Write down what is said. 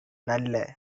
நல்ல